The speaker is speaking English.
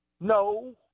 No